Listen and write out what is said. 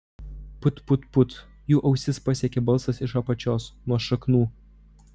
put put put jų ausis pasiekė balsas iš apačios nuo šaknų